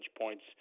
points